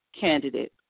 candidate